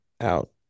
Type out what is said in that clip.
out